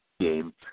game